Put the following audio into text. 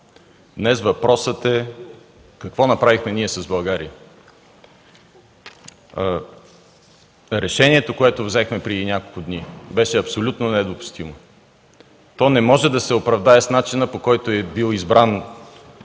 днес въпросът е какво направихме ние с България. Решението, което взехме преди няколко дни, беше абсолютно недопустимо. То не може да се оправдае с начина, по който е бил избран